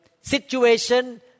situation